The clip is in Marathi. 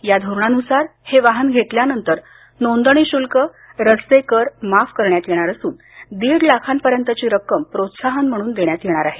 या धोरणानुसार हे वाहन घेतल्यानंतर नोंदणी शुल्क रस्ते कर माफ करण्यात येणार असून दीड लाखापर्यंतची रक्कम प्रोत्साहन म्हणून देण्यात येणार आहे